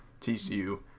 TCU